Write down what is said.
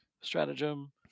stratagem